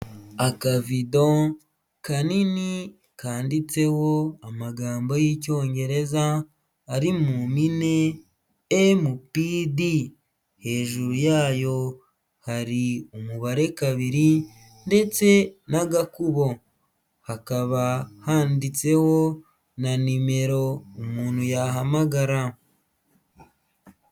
Akavido kanini kanditseho amagambo y'Icyongereza ari mu mpine emu pi di hejuru yayo hari umubare kabiri ndetse n'agakubo, hakaba handitseho na nimero umuntu yahamagara.